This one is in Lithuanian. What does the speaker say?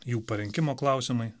jų parinkimo klausimai